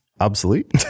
obsolete